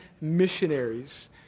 missionaries